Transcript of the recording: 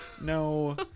No